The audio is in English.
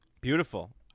Beautiful